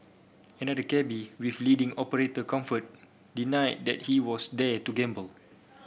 another cabby with leading operator comfort denied that he was there to gamble